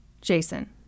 Jason